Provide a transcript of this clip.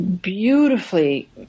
beautifully